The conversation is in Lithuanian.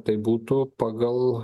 tai būtų pagal